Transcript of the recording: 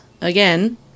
again